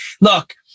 look